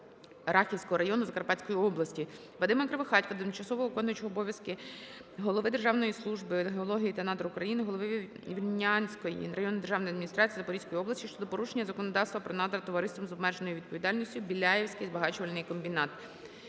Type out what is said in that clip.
Рахівського району Закарпатської області. ВадимаКривохатька до тимчасово виконуючого обов'язки голови Державної служби геології та надр України, голови Вільнянської районної державної адміністрації Запорізької області щодо порушення законодавства про надра Товариством з обмеженою відповідальністю "Біляївський збагачувальний комбінат".